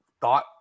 thought